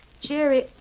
Jerry